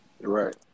Right